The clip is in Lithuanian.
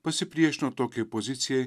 pasipriešino tokiai pozicijai